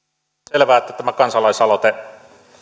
että tämä kansalaisaloite